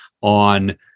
on